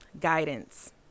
guidance